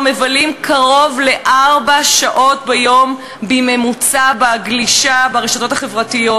מבלים קרוב לארבע שעות ביום בממוצע בגלישה ברשתות החברתיות,